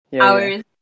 hours